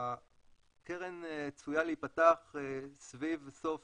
הקרן צפויה להיפתח סביב סוף